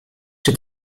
czy